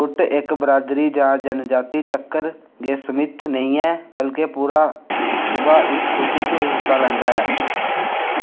कुड्ड इक बिरादरी जां जनजाति तक्कर गै सीमत नेईं ऐ बल्के पूरा सूबा इस खुशी च हिस्सा लैंदा ऐ